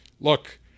look